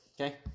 Okay